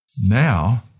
Now